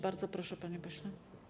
Bardzo proszę, panie pośle.